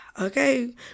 okay